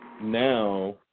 now